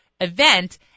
event